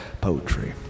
poetry